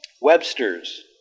Webster's